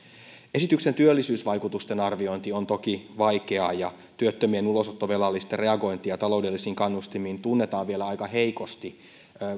esityksen työllisyysvaikutusten arviointi on toki vaikeaa ja työttömien ulosottovelallisten reagointia taloudellisiin kannustimiin tunnetaan vielä aika heikosti